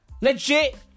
Legit